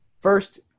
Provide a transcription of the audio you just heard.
First